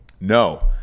No